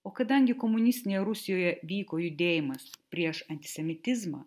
o kadangi komunistinėje rusijoje vyko judėjimas prieš antisemitizmą